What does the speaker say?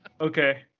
Okay